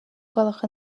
gwelwch